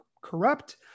corrupt